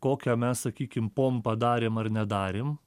kokią mes sakykim pompą darėm ar nedarėm